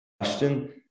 question